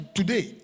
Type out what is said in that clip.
today